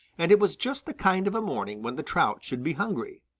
and it was just the kind of a morning when the trout should be hungry.